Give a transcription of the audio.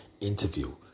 interview